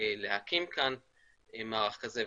להקים כאן מערך כזה.